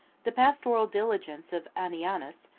the pastoral diligence of anianus,